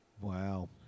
wow